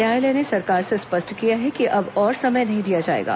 न्यायालय ने सरकार से स्पष्ट किया कि अब और समय नहीं दिया जाएगा